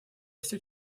все